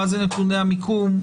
מה זה "נתוני המיקום".